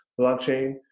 blockchain